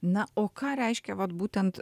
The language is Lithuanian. na o ką reiškia vat būtent